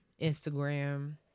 Instagram